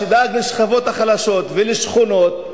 שדאג לשכבות החלשות ולשכונות,